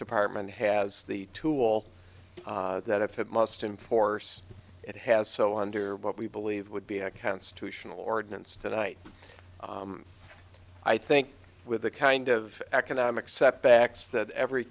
department has the tool that if it must enforce it has so under what we believe would be a constitutional ordinance tonight i think with the kind of economic setbacks that every